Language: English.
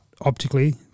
optically